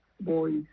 boys